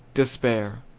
despair!